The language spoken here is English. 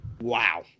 Wow